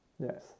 Yes